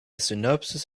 synopsis